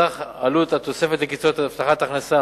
סך עלות התוספת לקצבאות הבטחת הכנסה,